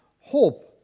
hope